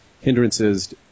hindrances